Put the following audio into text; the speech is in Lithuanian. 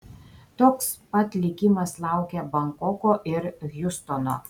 toks pat likimas laukia bankoko ir hjustono